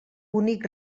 bonic